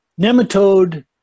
nematode